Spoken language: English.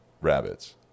rabbits